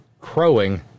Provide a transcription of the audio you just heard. crowing